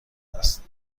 است